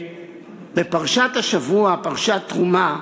בפרשת השבוע, פרשת תרומה,